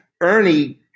Ernie